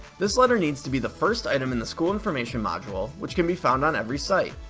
this letter needs to be the first item in the school information module, which can be found on every site.